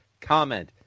comment